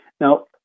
Now